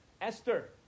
Esther